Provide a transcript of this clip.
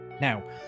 Now